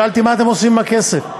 שאלתי: מה אתם עושים עם הכסף?